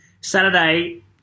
Saturday